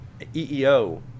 EEO